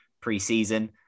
pre-season